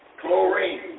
Chlorine